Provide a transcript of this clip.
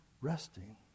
resting